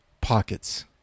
Pockets